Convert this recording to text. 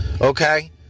Okay